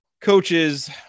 coaches